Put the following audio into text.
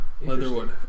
Leatherwood